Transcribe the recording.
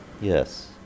Yes